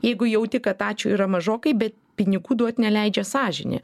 jeigu jauti kad ačiū yra mažokai bet pinigų duot neleidžia sąžinė